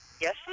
yes